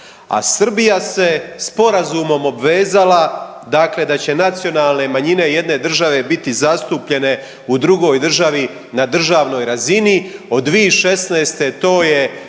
a Srbija se sporazumom obvezala dakle da će nacionalne manjine jedne države biti zastupljene u drugoj državi na državnoj razini. Od 2016. to je